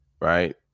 right